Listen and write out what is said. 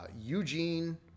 Eugene